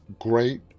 great